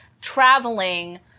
traveling